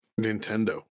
nintendo